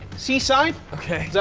seaside. ok. yeah